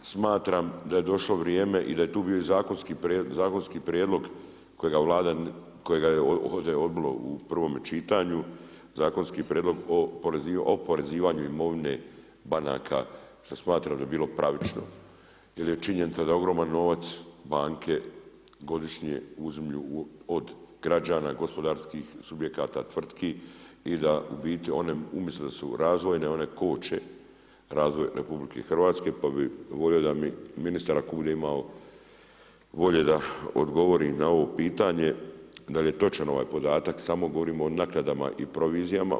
Smatram da je došlo vrijeme i da je tu bio zakonski prijedlog kojega je ovdje Vlada odbila u prvom čitanju zakonski prijedlog o oporezivanju imovine banka šta smatram da bi bilo pravično jel je činjenica da ogroman novac banke godišnje uzimlju od građana, gospodarskih subjekata, tvrtki i da umjesto da su one razvojne one koče razvoj RH, pa bi volio da mi ministar ako bude imao volje da odgovori na ovo pitanje da li je točan ovaj podatak, samo govorim o naknadama i provizijama.